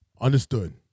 Understood